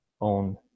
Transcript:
own